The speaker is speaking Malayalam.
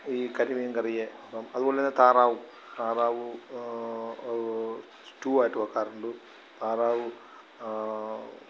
ഈ കരിമീങ്കറിയെ ഇപ്പം അതുപോലെ തന്നെ താറാവും താറാവ് സ്റ്റൂവായിട്ട് വെക്കാറുണ്ടു താറാവ്